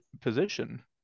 position